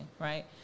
right